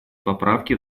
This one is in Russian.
поправки